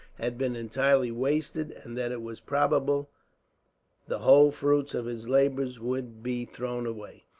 had been entirely wasted and that it was probable the whole fruits of his labours would be thrown away.